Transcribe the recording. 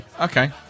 Okay